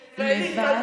אם,